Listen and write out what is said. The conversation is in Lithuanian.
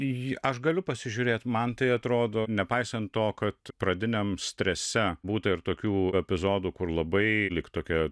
aš galiu pasižiūrėt man tai atrodo nepaisant to kad pradiniam strese būta ir tokių epizodų kur labai lyg tokia